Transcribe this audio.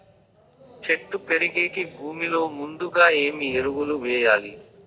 చెట్టు పెరిగేకి భూమిలో ముందుగా ఏమి ఎరువులు వేయాలి?